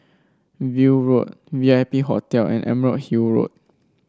View Road V I P Hotel and Emerald Hill Road